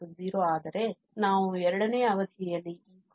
sinnπ0 ಆದರೆ ನಾವು ಎರಡನೇ ಅವಧಿಯಲ್ಲಿ ಈ cosnπ ಅನ್ನು ಹೊಂದಿದ್ದೇವೆ